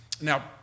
Now